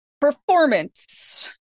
Performance